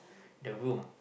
the room